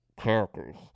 characters